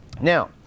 Now